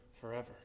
forever